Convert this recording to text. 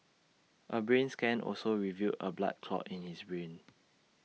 A brain scan also revealed A blood clot in his brain